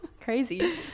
crazy